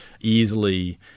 easily